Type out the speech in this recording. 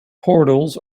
portals